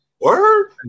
Word